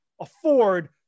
afford